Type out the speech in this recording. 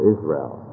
Israel